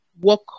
work